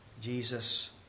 Jesus